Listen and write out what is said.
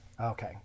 Okay